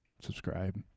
subscribe